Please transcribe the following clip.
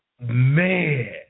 Man